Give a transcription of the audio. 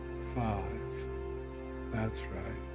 five that's right.